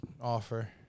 offer